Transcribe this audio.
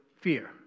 fear